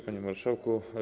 Panie Marszałku!